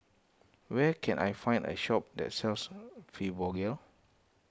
where can I find a shop that sells Fibogel